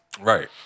Right